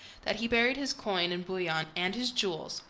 that he buried his coin and bullion and his jewels,